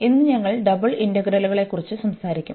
ഇന്ന് ഞങ്ങൾ ഡബിൾ ഇന്റഗ്രലുകളെക്കുറിച്ച് സംസാരിക്കും